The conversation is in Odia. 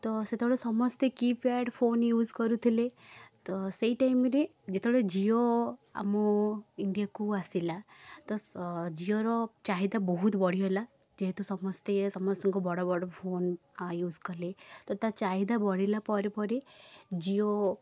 ତ ସେତେବେଳେ ସମସ୍ତେ କିପ୍ୟାଡ଼୍ ଫୋନ୍ ୟୁଜ୍ କରୁଥିଲେ ତ ସେହି ଟାଇମ୍ରେ ଯେତେବେଳେ ଜିଓ ଆମ ଇଣ୍ଡିଆକୁ ଆସିଲା ତ ସ ଜିଓର ଚାହିଦା ବହୁତ ବଢ଼ିଗଲା ଯେହେତୁ ସମସ୍ତେ ସମସ୍ତଙ୍କ ବଡ଼ ବଡ଼ ଫୋନ୍ ୟୁଜ୍ କଲେ ତ ତା' ଚାହିଦା ବଢ଼ିଲା ପରେ ପରେ ଜିଓ